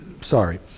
sorry